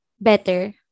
better